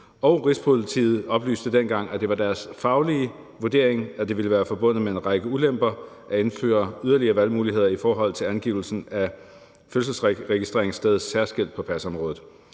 og Rigspolitiet oplyste dengang, at det var deres faglige vurdering, at det ville være forbundet med en række ulemper at indføre yderligere valgmuligheder i forhold til angivelsen af fødselsregistreringssted særskilt på pasområdet.